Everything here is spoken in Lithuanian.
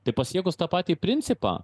tai pasiekus tą patį principą